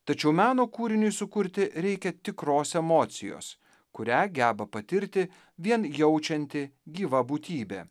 tačiau meno kūriniui sukurti reikia tikros emocijos kurią geba patirti vien jaučianti gyva būtybė